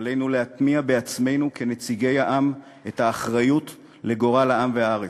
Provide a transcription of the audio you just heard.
עלינו להטמיע בעצמנו כנציגי העם את האחריות לגורל העם והארץ.